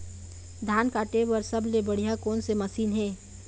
धान काटे बर सबले बढ़िया कोन से मशीन हे?